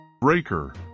Breaker